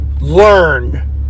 learn